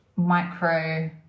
micro